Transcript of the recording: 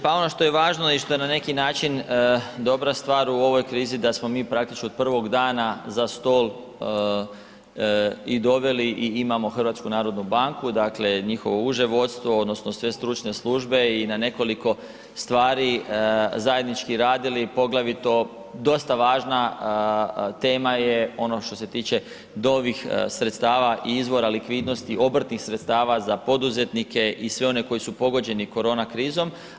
Pa ono što je važno i što je na neki način dobra stvar u ovoj krizi, da smo mi praktički od prvog dana za stol i doveli i imamo HNB, dakle njihovo uže vodstvo, odnosno sve stručne službe i na nekoliko stvari zajednički radili, poglavito, dosta važna tema je ono što se tiče do ovih sredstava i izvora likvidnosti, obrtnih sredstava za poduzetnike i sve one koji su pogođeni korona krizom.